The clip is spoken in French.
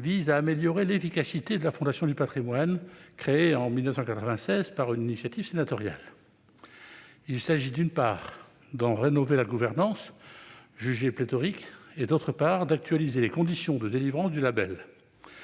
vise à améliorer l'efficacité de la Fondation du patrimoine, créée en 1996 sur une initiative sénatoriale. Il s'agit, d'une part, d'en rénover la gouvernance, jugée pléthorique, et, d'autre part, d'actualiser les conditions de délivrance du label.